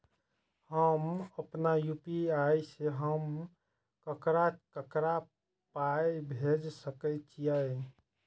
हम आपन यू.पी.आई से हम ककरा ककरा पाय भेज सकै छीयै?